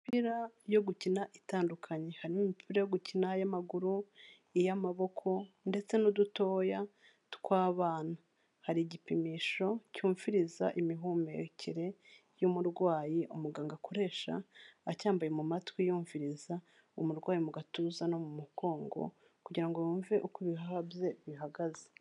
Imipira yo gukina itandukanye hari imipira yo gukina y'amaguru iy'amaboko ndetse n'udutoya tw'abana. Hari igipimisho cyumviriza imihumekere y'umurwayi umuganga akoresha acyambaye mu matwi yumviriza umurwayi mu gatuza no mu mugongo kugira ngo yumve uko ibihaha bye bihagaze.